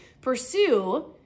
pursue